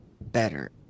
better